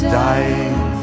dying